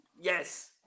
yes